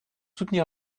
soutenir